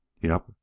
Yep